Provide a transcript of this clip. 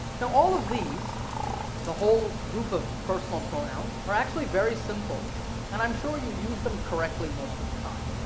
now all of these the whole group of personal pronouns are actually very simple and i'm sure you use them correctly most of the time